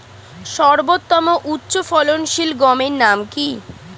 সর্বতম উচ্চ ফলনশীল গমের নাম কি?